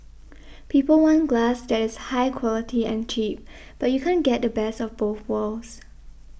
people want glass that is high quality and cheap but you can't get the best of both worlds